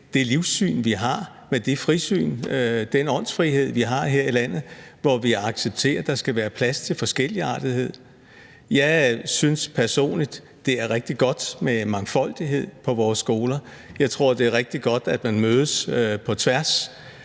det livssyn, vi har, med det frisyn og den åndsfrihed, vi har her i landet, hvor vi accepterer, at der skal være plads til forskelligartethed. Jeg synes personligt, at det er rigtig godt med mangfoldighed på vores skoler. Jeg tror, det er rigtig godt, at man mødes på tværs